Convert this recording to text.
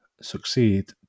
succeed